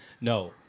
No